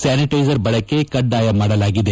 sanitiser ಬಳಕೆ ಕಡ್ಡಾಯ ಮಾಡಲಾಗಿದೆ